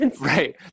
Right